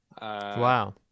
Wow